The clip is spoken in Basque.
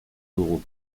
dugu